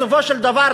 בסופו של דבר,